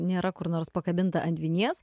nėra kur nors pakabinta ant vinies